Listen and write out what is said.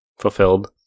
fulfilled